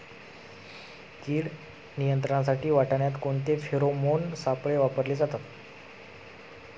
कीड नियंत्रणासाठी वाटाण्यात कोणते फेरोमोन सापळे वापरले जातात?